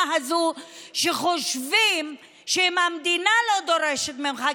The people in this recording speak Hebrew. הזאת שחושבים שאם המדינה לא דורשת ממך,